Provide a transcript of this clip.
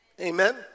Amen